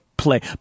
play